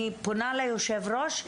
אני פונה ליושב-ראש,